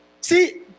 see